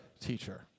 teacher